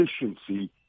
efficiency